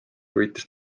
võitis